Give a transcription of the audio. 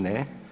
Ne.